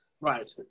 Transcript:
Right